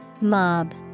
Mob